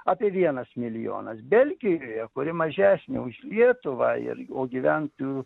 apie viemas milijonas belgijoje kuri mažesnė už lietuvą ir o gyventojų